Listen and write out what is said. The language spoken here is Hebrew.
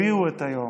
הביאו את היום.